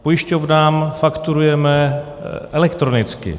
Pojišťovnám fakturujeme elektronicky.